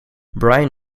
brian